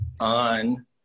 on